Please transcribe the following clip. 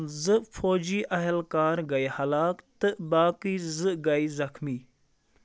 زٕ فوجی اہلکار گٔیہِ ہلاک تہٕ باقٕے زٕ گٔیہِ زخمی